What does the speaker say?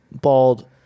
bald